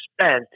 spent